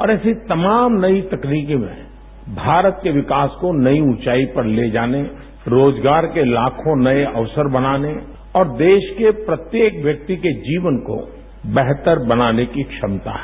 और ऐसी तमाम नई तकनीकी में भारत के विकास को नई ऊंचाई पर ले जाने रोजगार के लाखों नए अवसर बनाने और देश के प्रत्येक व्यक्ति के जीवन को बेहतर बनाने की क्षमता है